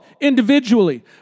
individually